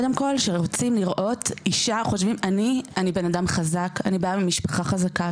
אני בן אדם חזק, אני באה ממשפחה חזקה.